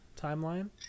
timeline